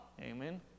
Amen